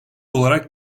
olarak